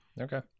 Okay